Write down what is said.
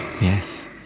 Yes